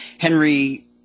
Henry